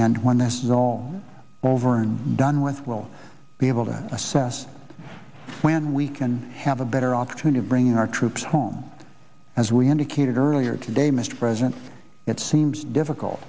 and when this is all over and done with we'll be able to assess when we can have a better opportunity of bringing our troops home as we indicated earlier day mr president it seems difficult